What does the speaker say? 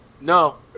No